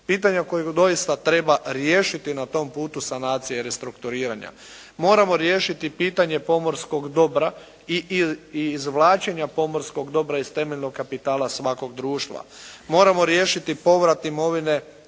pitanja koja doista treba riješiti na tom putu sanacije i restrukturiranja. Moramo riješiti pitanje pomorskog dobra i izvlačenja pomorskog dobra iz temeljnog kapitala svakog društva. Moramo riješiti povrat imovine,